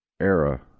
era